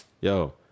yo